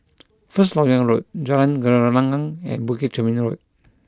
First Lok Yang Road Jalan Gelenggang and Bukit Chermin Road